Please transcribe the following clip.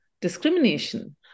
discrimination